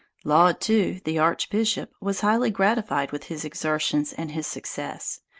laud, too, the archbishop, was highly gratified with his exertions and his success,